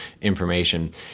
information